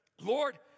Lord